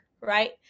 right